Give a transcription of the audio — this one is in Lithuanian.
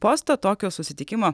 posto tokio susitikimo